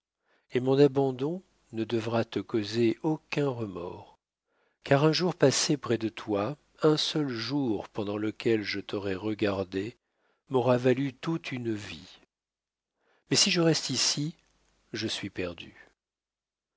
et mon abandon ne devra te causer aucun remords car un jour passé près de toi un seul jour pendant lequel je t'aurai regardé m'aura valu toute une vie mais si je reste ici je suis perdue